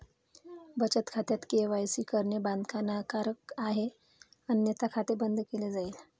बचत खात्यात के.वाय.सी करणे बंधनकारक आहे अन्यथा खाते बंद केले जाईल